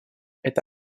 это